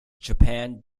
japan